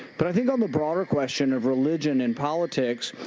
but i think on the broader question of religion and politics,